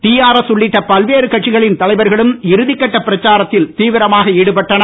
TRS உள்ளிட்ட பல்வேறு கட்சிகளின் தலைவர்களும் இறுதி கட்ட பிரச்சாரத்தில் தீவிரமாக ஈடுபட்டனர்